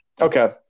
Okay